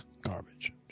garbage